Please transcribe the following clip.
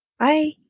Bye